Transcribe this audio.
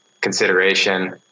consideration